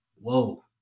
whoa